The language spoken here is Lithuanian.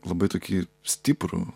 labai tokį stiprų